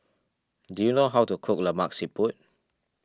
do you know how to cook Lemak Siput